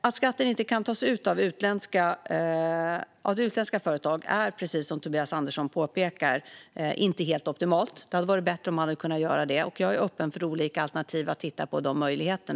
Att skatten inte kan tas ut av utländska företag är, precis som Tobias Andersson påpekar, inte helt optimalt. Det hade varit bättre om man hade kunnat göra det. Jag är öppen för att titta på olika alternativa möjligheter.